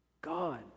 God